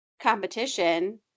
competition